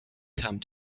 come